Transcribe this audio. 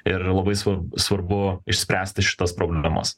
ir labai svar svarbu išspręsti šitas problemas